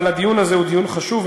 אבל הדיון הזה הוא דיון חשוב,